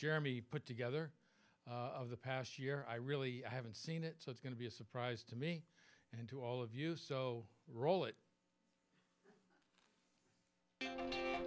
jeremy put together of the past year i really haven't seen it so it's going to be a surprise to me and to all of you so roll it